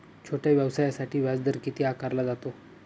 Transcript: छोट्या व्यवसायासाठी व्याजदर किती आकारला जातो?